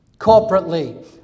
corporately